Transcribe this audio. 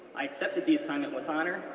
i accepted the assignment with honor,